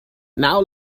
now